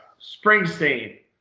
Springsteen